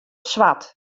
swart